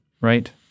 Right